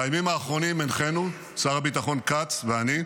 בימים האחרונים הנחינו, שר הביטחון כץ ואני,